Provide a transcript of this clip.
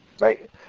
right